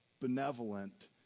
benevolent